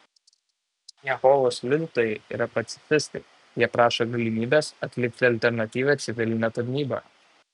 jehovos liudytojai yra pacifistai jie prašo galimybės atlikti alternatyvią civilinę tarnybą